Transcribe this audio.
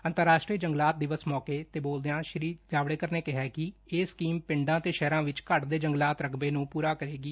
ਅੰਤਰਰਾਸਟਰੀ ਜੰਗਲਾਤ ਦਿਵਸ ਮੌਕੇ ਤੇ ਬੋਲਦਿਆਂ ਸ੍ਸੀ ਜਾਵੜੇਕਰ ਨੇ ਕਿਹਾ ਕਿ ਇਹ ਸਕੀਮ ਪਿੰਡਾਂ ਅਤੇ ਸ਼ਹਿਰਾਂ ਵਿੱਚ ਘਟਦੇ ਜੰਗਲਾਤ ਰਕਬੇ ਨੂੰ ਪੁਰਾ ਕਰੇਗੀ